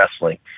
wrestling